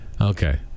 Okay